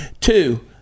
Two